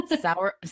Sour